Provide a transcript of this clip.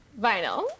Vinyl